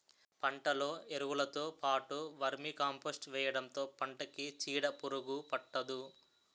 పంటలో ఎరువులుతో పాటు వర్మీకంపోస్ట్ వేయడంతో పంటకి చీడపురుగు పట్టదు